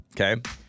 Okay